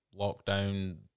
lockdown